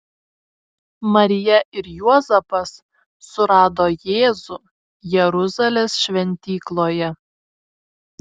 marija ir juozapas surado jėzų jeruzalės šventykloje